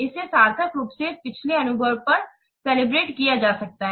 इसे सार्थक रूप से पिछले अनुभव पर कैलिब्रेट किया जा सकता है